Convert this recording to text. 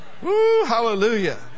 Hallelujah